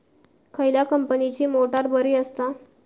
खयल्या कंपनीची मोटार बरी असता?